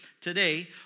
today